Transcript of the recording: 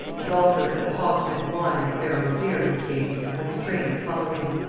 and also set a hogshead of wine and a barrel of beer at his gate, for his train that followed him.